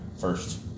first